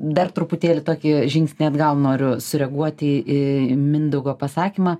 dar truputėlį tokį žingsnį atgal noriu sureaguoti į mindaugo pasakymą